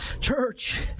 Church